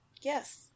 Yes